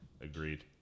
agreed